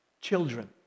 children